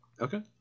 Okay